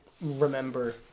remember